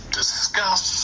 discuss